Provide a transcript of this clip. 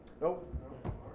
Nope